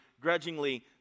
grudgingly